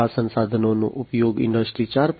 આ સંસાધનોનો ઉપયોગ ઇન્ડસ્ટ્રી 4